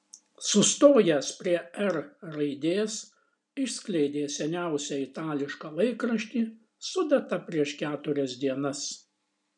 sustojęs prie r raidės išskleidė seniausią itališką laikraštį su data prieš keturias dienas